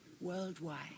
worldwide